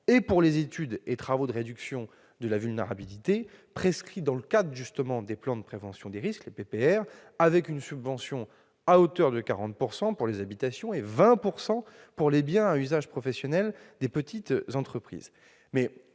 et pour les études et travaux de réduction de la vulnérabilité, prescrits dans le cadre d'un plan de prévention des risques, ou PPR, avec une subvention à hauteur de 40 % pour les habitations et de 20 % pour les biens à usage professionnel des petites entreprises.